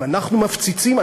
אם אנחנו מפציצים,